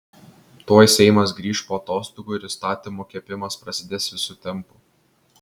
tuoj seimas grįš po atostogų ir įstatymų kepimas prasidės visu tempu